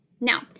Now